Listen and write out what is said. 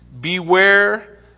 beware